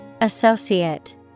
Associate